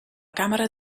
càmera